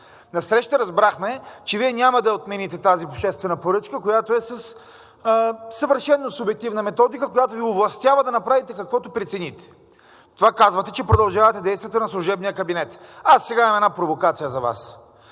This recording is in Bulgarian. На среща разбрахме, че Вие няма да отмените тази обществена поръчка, която е със съвършено субективна методика, която Ви овластява да направите каквото прецените. Това казвате – че продължавате действията на служебния кабинет. Аз сега имам една провокация за Вас.